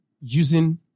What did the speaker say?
using